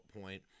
point